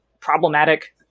problematic